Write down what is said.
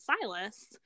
Silas